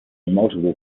multiple